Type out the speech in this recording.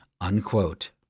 unquote